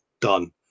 done